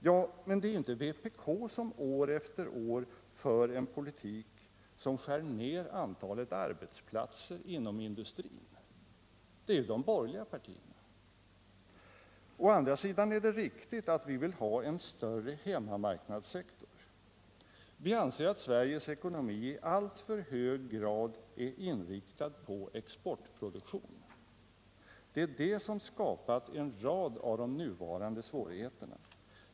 Ja, men det är inte vpk som år efter år för en politik som skär ned antalet arbetsplatser inom industrin. Det är ju de borgerliga partierna. Däremot är det riktigt att vi vill ha en större hemmamarknadssektor. Vi anser att Sveriges ekonomi i alltför hög grad är inriktad på exportproduktion. Det är det som har skapat en rad av de nuvarande svårigheterna.